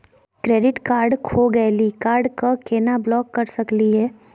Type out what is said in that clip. Credit card खो गैली, card क केना ब्लॉक कर सकली हे?